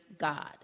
God